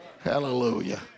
Hallelujah